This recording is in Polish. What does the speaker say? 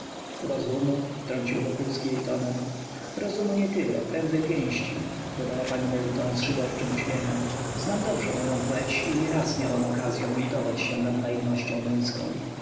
rozumu wtrącił wokulski jej tonem rozumu nie tyle prędzej pięści dodała pani meliton z szyderczym uśmiechem znam dobrze moję płeć i nieraz miałam okazyą litować się nad naiwnością męską